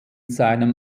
seinem